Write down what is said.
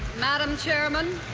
madam chairman,